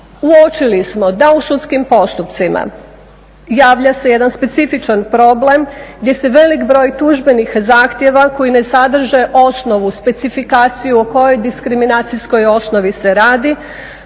uočili smo da u sudskim postupcima javlja se jedan specifičan problem gdje se velik broj tužbenih zahtjeva koji ne sadrže osnovu, specifikaciju o kojoj diskriminacijskoj osnovi se radi